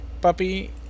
puppy